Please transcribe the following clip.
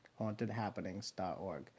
Hauntedhappenings.org